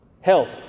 health